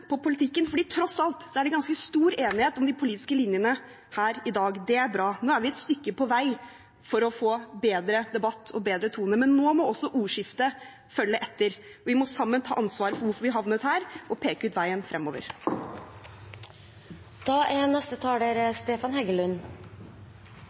på politikken, for tross alt er det ganske stor enighet om de politiske linjene her i dag – det er bra. Nå er vi et stykke på vei for å få bedre debatt og bedre tone. Men nå må også ordskiftet følge etter. Vi må sammen ta ansvar for hvorfor vi havnet her, og peke ut veien fremover.